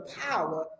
power